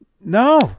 No